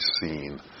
seen